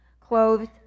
clothed